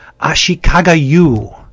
Ashikagayu